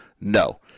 No